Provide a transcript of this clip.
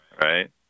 Right